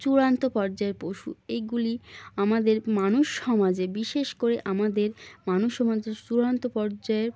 চূড়ান্ত পর্যায়ে পশু এইগুলি আমাদের মানুষ সমাজে বিশেষ করে আমাদের মানুষ সমাজের চূড়ান্ত পর্যায়ে